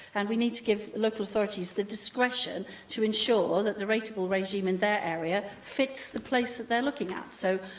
and we need to give local authorities the discretion to ensure that the rateable regime in their area fits the place that they're looking at. so,